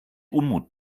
unmut